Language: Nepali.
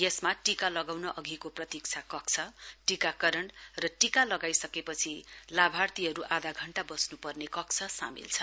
यसमा टीका लगाउन अघिको प्रतीक्षा कक्षा टीकाकरण र टीका लगाइसकेपछि लाभार्थीहरू आधा घण्टा बस्न् पर्ने कक्ष सामेल छन्